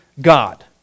God